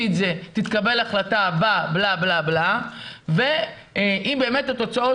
את זה תתקבל החלטה ב- -- ואם באמת התוצאות